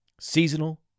seasonal